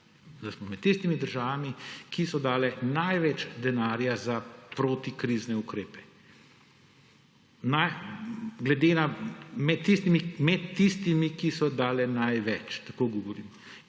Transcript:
da smo med tistimi državami, ki so dale največ denarja za protikrizne ukrepe, med tistimi, ki so dale največ, tako govorim.